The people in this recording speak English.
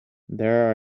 there